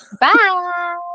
Bye